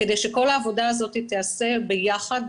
כדי שכל העבודה הזאת תיעשה ביחד,